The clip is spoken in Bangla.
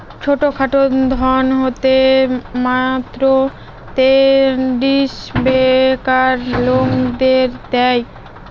ছোট খাটো ঋণ হচ্ছে মাইক্রো ক্রেডিট বেকার লোকদের দেয়